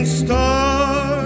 star